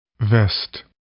Vest